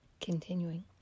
Continuing